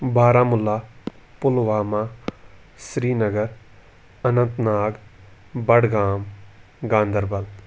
Baramulla Pulwama Srinagar Anantnag Budgam Ganderbal